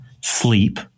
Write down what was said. sleep